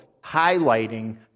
highlighting